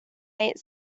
eight